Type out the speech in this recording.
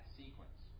sequence